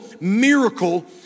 miracle